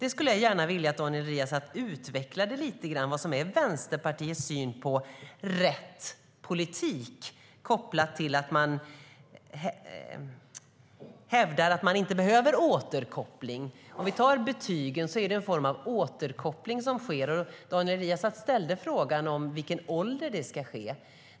Jag skulle gärna vilja att Daniel Riazat lite grann utvecklade vad som är Vänsterpartiets syn på rätt politik, kopplat till att man hävdar att det inte behövs återkoppling. Om vi tar betygen är det en form av återkoppling som sker. Daniel Riazat frågade vid vilken ålder det ska ske.